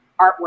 artwork